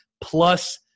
plus